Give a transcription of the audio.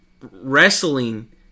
wrestling